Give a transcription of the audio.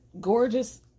gorgeous